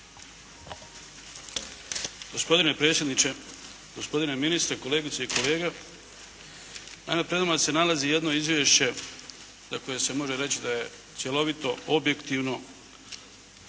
Gospodine predsjedniče, gospodine ministre, kolegice i kolege, naime pred nama se nalazi jedno izvješće za koje se može reći da je cjelovito, objektivno